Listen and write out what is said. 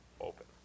open